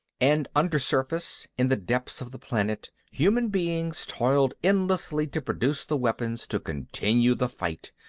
and undersurface, in the depths of the planet, human beings toiled endlessly to produce the weapons to continue the fight,